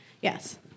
Yes